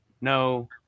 No